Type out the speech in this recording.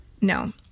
No